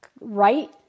right